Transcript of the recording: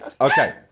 Okay